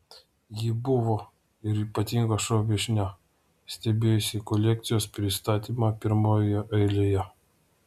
ji buvo ir ypatinga šou viešnia stebėjusi kolekcijos pristatymą pirmojoje eilėje